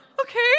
Okay